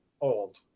old